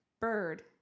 Bird